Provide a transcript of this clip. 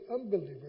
unbeliever